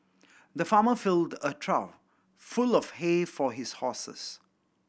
the farmer filled a trough full of hay for his horses